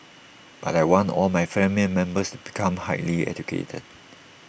but I want all my family members to become highly educated